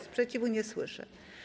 Sprzeciwu nie słyszę.